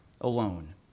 alone